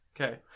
Okay